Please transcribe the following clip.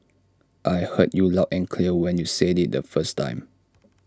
I heard you loud and clear when you said IT the first time